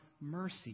mercy